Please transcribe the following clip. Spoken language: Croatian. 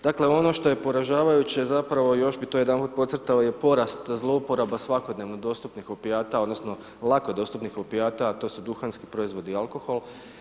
Dakle ono što je poražavajuće, zapravo, još bih to jedanput podcrtao je porast zlouporaba svakodnevno dostupnih opijata, odnosno lako dostupnih opijata a to su duhanski proizvodi i alkohol.